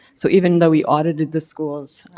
so, even though we audited the schools,